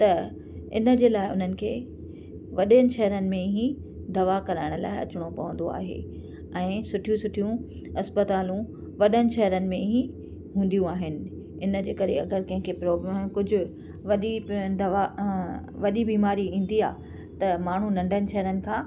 त इन जे लाइ उन्हनि खे वॾनि शहरनि में ई दवा कराइण लाइ अचिणो पवंदो आहे ऐं सुठियूं सुठियूं अस्पतालूं वॾनि शहरनि में ई हूंदियूं आहिनि इन जे करे अगरि कंहिंखें प्रोब्लम आहे कुझु वॾी दवा वॾी बीमारी ईंदी आहे त माण्हू नंढनि शहरनि खां